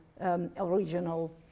original